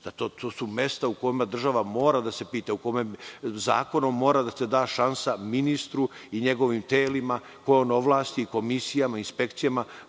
To su mesta u kojima država mora da se pita. U kome zakonom mora da se da šansa ministru i njegovim telima koje on ovlasti, komisijama, inspekcijama,